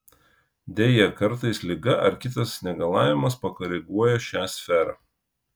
deja kartais liga ar kitas negalavimas pakoreguoja šią sferą